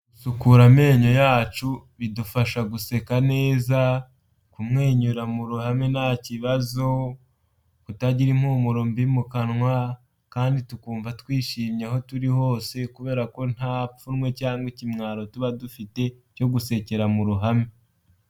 Gusukura amenyo yacu, bidufasha guseka neza, kumwenyura mu ruhame nta kibazo, kutagira impumuro mbi mukanwa kandi tukumva twishimye aho turi hose kubera ko nta pfunwe cyangwa ikimwaro tuba dufite cyo gusekera mu ruhame.